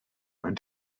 mewn